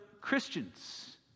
Christians